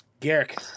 Garrick